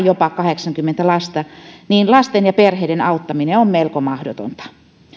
jopa kahdeksankymmentä lasta niin lasten ja perheiden auttaminen on melko mahdotonta